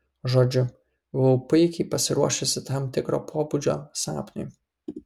žodžiu buvau puikiai pasiruošusi tam tikro pobūdžio sapnui